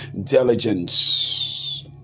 diligence